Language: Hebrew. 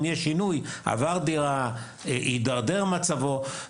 אם למשל האדם עבר דירה או אם התדרדר מצבו.